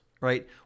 right